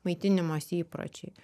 maitinimosi įpročiai